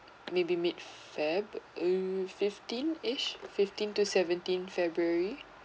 maybe mid feb uh fifteen edge fifteen to seventeen february